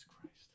Christ